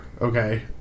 okay